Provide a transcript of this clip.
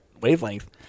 wavelength